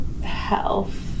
health